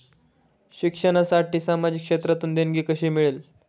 शिक्षणासाठी सामाजिक क्षेत्रातून देणगी कशी मिळेल?